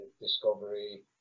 Discovery